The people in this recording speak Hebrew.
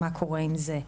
מה קורה עם זה.